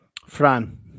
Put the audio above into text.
Fran